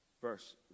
Verse